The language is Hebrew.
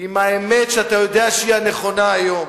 עם האמת שאתה יודע שהיא נכונה היום.